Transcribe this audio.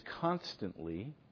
constantly